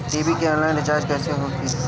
TV के online recharge कैसे होखी?